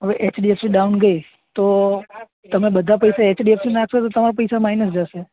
હવે HDFC down ગઈ તો તમે બધા પૈસા એચડીએફસીમાં નાખશો તો તમારા પૈસા માઇનસ જશે